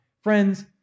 Friends